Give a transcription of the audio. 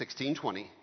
1620